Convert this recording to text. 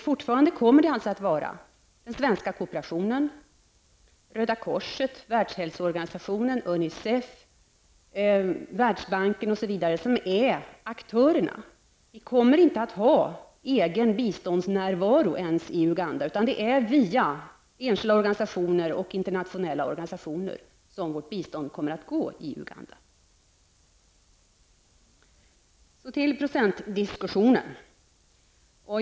Fortfarande kommer det att vara den svenska kooperationen, Världsbanken osv. som är aktörerna. Vi kommer inte att ha egen biståndsnärvaro ens i Uganda, utan det är via enskilda och internationella organisationer som vårt bistånd kommer att gå. Så till procentdiskussionen.